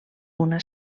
una